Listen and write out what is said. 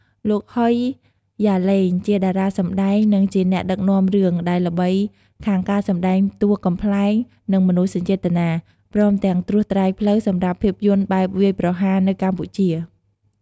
លោក ហុយ យ៉ាឡេងជាតារាសម្តែង និងជាអ្នកដឹកនាំរឿង ដែលល្បីខាងការសម្ដែងតួកំប្លែង និងមនោសញ្ចេតនា ព្រមទាំងត្រួសត្រាយផ្លូវសម្រាប់ភាពយន្តបែបវាយប្រហារ នៅកម្ពុជា។